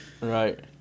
Right